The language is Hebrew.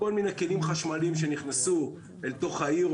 כל מיני כלים חשמליים שנכנסו לעיר.